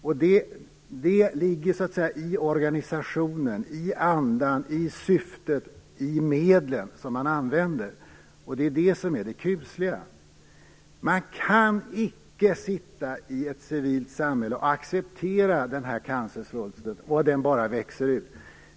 Det ligger i organisationen, i andan, i syftet och i de medel som man använder. Det är det kusliga. Man kan icke i ett civilt samhälle acceptera att den här cancersvulsten bara växer.